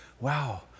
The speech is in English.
wow